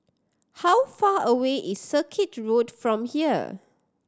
how far away is Circuit Road from here